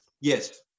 Yes